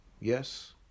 Yes